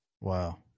Wow